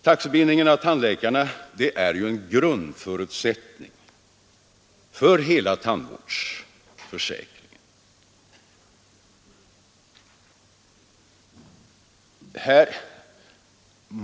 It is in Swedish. Taxebindningen av tandläkarna är ju en grundförutsättning för hela tandvårdsförsäkringen.